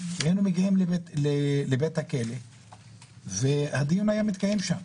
היינו מגיעים לבית הכלא והדיון היה מתקיים שם.